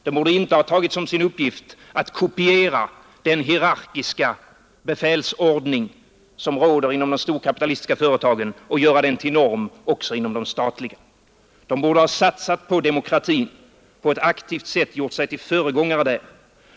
Den borde inte heller tagit som sin uppgift att kopiera den hierarkiska befälsordning som råder inom de storkapitalistiska företagen och att göra den till norm också inom de statliga företagen. Den borde ha satsat på demokrati, och man borde på ett aktivt sätt ha gjort sig till föregångare där.